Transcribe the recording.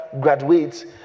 graduates